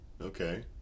Okay